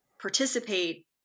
participate